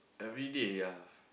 everyday ya